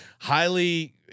highly